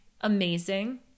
Amazing